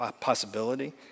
possibility